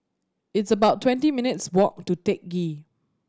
it's about twenty minutes' walk to Teck Ghee